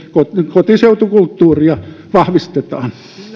kotiseutukulttuuria vahvistetaan